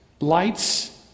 lights